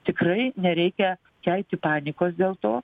tikrai nereikia kelti panikos dėl to